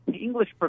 English